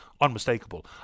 unmistakable